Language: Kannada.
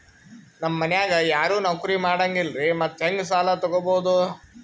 ನಮ್ ಮನ್ಯಾಗ ಯಾರೂ ನೌಕ್ರಿ ಮಾಡಂಗಿಲ್ಲ್ರಿ ಮತ್ತೆಹೆಂಗ ಸಾಲಾ ತೊಗೊಬೌದು?